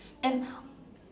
and